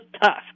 tough